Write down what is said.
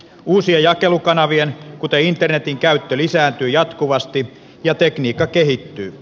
uusien jakelukanavien kuten internetin käyttö lisääntyy jatkuvasti ja tekniikka kehittyy